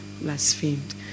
blasphemed